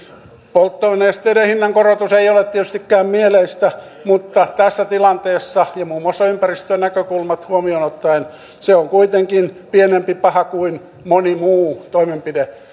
polttonesteiden hinnankorotus ei ei ole tietystikään mieleistä mutta tässä tilanteessa ja muun muassa ympäristönäkökulmat huomioon ottaen se on kuitenkin pienempi paha kuin moni muu toimenpide